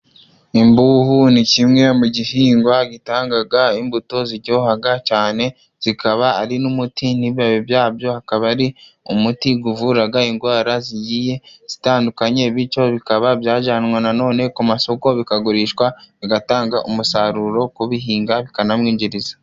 Imbuhu ni kimwe mu gihingwa gitanga imbuto ziryoha cyane zikaba ari n'umuti n'ibibabi byabyo akaba ari umuti uvura indwara zigiye zitandukanye, bityo bikaba byajyanwa nanone ku masoko bikagurishwa bigatanga umusaruro kubihinga bikanamwinjiriza.